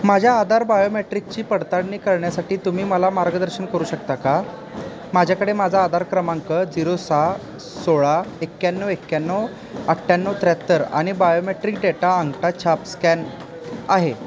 माझ्या आधार बायोमेट्रिकची पडताळणी करण्यासाठी तुम्ही मला मार्गदर्शन करू शकता का माझ्याकडे माझा आधार क्रमांक झिरो सहा सोळा एक्याण्णव एक्याण्णव अट्ठ्याण्णव त्र्याहत्तर आणि बायोमेट्रिक डेटा अंगठाछाप स्कॅन आहे